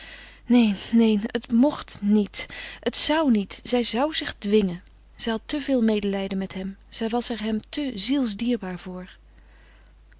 neen neen het mocht niet het zou niet zij zou zich dwingen zij had te veel medelijden met hem zij was er hem te zielsdierbaar voor